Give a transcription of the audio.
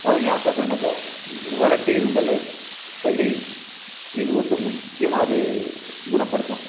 அது ஏன் சாப்பிடறோனாக்கா வறட்டு இருமல் சளி இது வந்து முக்கியமாக அது குணப்படுத்தும்